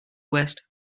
west